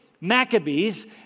Maccabees